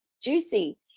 juicy